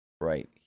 Right